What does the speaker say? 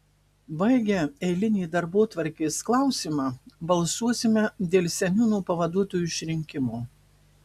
baigę eilinį darbotvarkės klausimą balsuosime dėl seniūno pavaduotojų išrinkimo